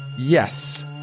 Yes